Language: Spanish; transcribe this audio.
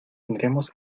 tendremos